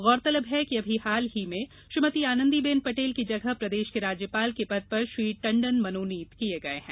गौरतलब है कि अभी हाल ही में श्रीमती आनंदीबेन पटेल की जगह प्रदेश के राज्यपाल के पद पर श्री टंडन मनोनीत किये गये हैं